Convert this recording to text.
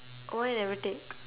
why you never take